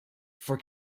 for